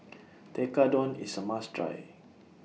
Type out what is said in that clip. Tekkadon IS A must Try